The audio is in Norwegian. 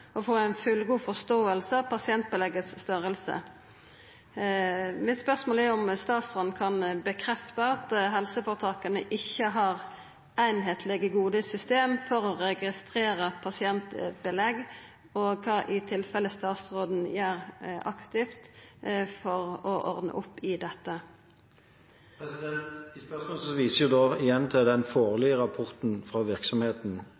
få en fullgod forståelse av pasientbeleggets størrelse.» Mitt spørsmål er om statsråden kan stadfesta at helseføretaka ikkje har einskaplege, gode system for å registrera pasientbelegg, og kva, i tilfelle, statsråden gjer aktivt for å ordna opp i dette. I spørsmålet vises det igjen til den foreløpige rapporten fra virksomheten